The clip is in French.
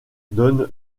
donne